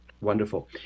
Wonderful